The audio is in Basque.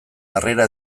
harrera